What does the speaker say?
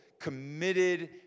committed